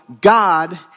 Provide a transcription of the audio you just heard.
God